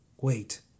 wait